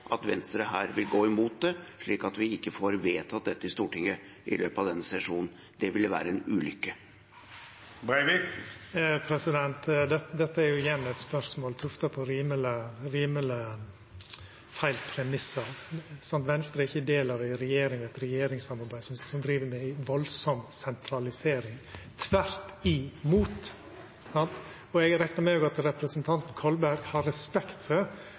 at Venstre her vil gå imot det, slik at vi ikke får dette vedtatt i Stortinget i løpet av denne sesjonen – for det ville være en ulykke? Dette er igjen eit spørsmål tufta på rimeleg feil premissar, som Venstre ikkje deler, om ei regjering som driv med ei enorm sentralisering – tvert imot. Eg reknar med at representanten Kolberg har respekt for